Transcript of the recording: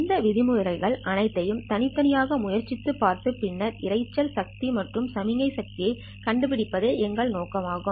இந்த விதிமுறைகள் அனைத்தையும் தனித்தனியாக முயற்சித்துப் பார்த்து பின்னர் இரைச்சல் சக்தி மற்றும் சமிக்ஞை சக்தி கண்டுபிடிப்பதே எங்கள் நோக்கமாகும்